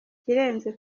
ikirenze